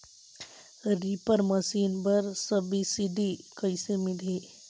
Reaper machine बर subsidy कइसे मिलही?